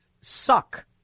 suck